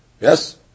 Yes